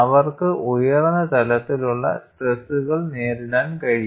അവർക്ക് ഉയർന്ന തലത്തിലുള്ള സ്ട്രെസ്സുകൾ നേരിടാൻ കഴിയും